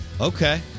Okay